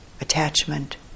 attachment